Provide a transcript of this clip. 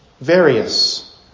various